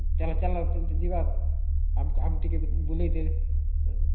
ଚାଲ ଚାଲ ଯିବା ଆମକୁ ଆମକୁ ଟିକେ ବୁଲାଇ ଦେବେ ହଁ